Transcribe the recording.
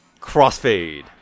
crossfade